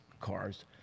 cars